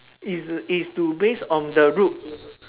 is is to base on the road